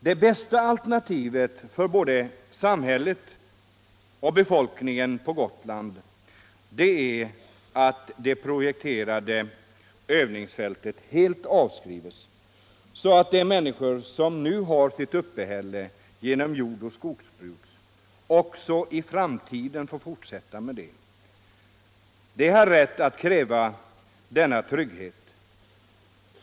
Det bästa alternativet för både samhället och befolkningen på Gotland är att det projekterade övningsfältet helt avskrivs, så att de människor som nu har sitt uppehälle genom jordoch skogsbruk också får fortsätta med det i framtiden. De har rätt att kräva den tryggheten.